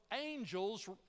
Angels